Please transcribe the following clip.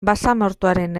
basamortuaren